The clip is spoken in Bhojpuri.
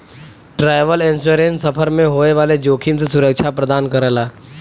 ट्रैवल इंश्योरेंस सफर में होए वाले जोखिम से सुरक्षा प्रदान करला